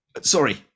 Sorry